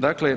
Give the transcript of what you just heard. Dakle,